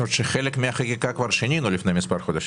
חלק מהחקיקה שינינו כבר לפני מספר חודשים.